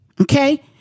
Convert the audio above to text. Okay